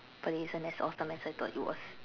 but it wasn't as nice as I thought it was